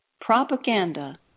propaganda